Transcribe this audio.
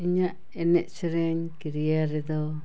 ᱤᱧᱟᱜ ᱮᱱᱮᱡ ᱥᱮᱨᱮᱧ ᱠᱮᱨᱤᱭᱟᱨ ᱨᱮᱫᱚ